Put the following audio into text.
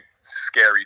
scary